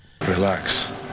Relax